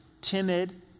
timid